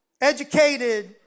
educated